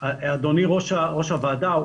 אדוני ראש הוועדה,